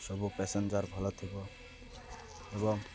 ସବୁ ପାସେଞ୍ଜର୍ ଭଲ ଥିବ ଏବଂ